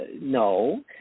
no